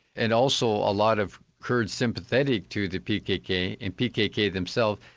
and also a lot of kurds sympathetic to the pkk and pkk themselves,